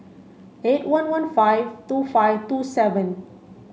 eight one one five two five two seven